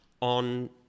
on